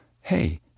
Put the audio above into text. hey